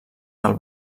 del